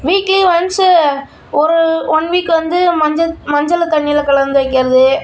weekly once ஒரு one week வந்து மஞ்சள் மஞ்சளை தண்ணியில் கலந்து வைக்கிறது